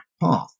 path